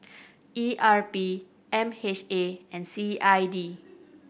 E R P M H A and C I D